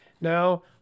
Now